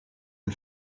and